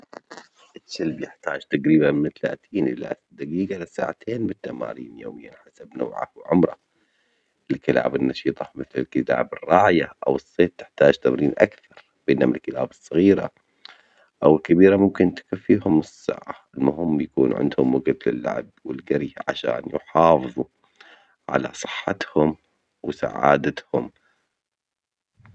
سل بيحتاج تجريبًا من ثلاثين إلى دجيجة إلى ساعتين من التمارين يوميًا حسب نوعه وعمره، الكلاب النشيطة مثل الكلاب الراية او الصيد تحتاج تمارين أكثر بينما الكلاب الصغيرة أو الكبيرة ممكن تكفيهم نص ساعة المهم يكون عندهم وجت للعب والجري، عشان يحافظوا على صحتهم وسعادتهم.